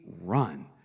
run